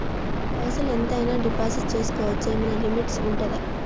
పైసల్ ఎంత అయినా డిపాజిట్ చేస్కోవచ్చా? ఏమైనా లిమిట్ ఉంటదా?